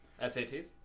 SATs